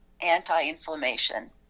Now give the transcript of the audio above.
anti-inflammation